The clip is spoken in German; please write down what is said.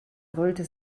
grölte